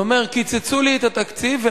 ואומר: קיצצו לי את התקציב,